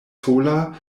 sola